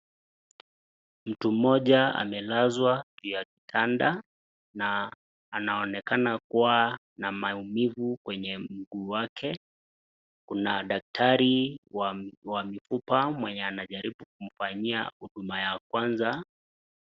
Mtu moja amelazwa juu ya kitanda na anaonekana kuwa na maumivu kwenye mguu wake. kuna daktari wa mifupa mwenye wanajaribu kumfanyia huduma ya kwanza.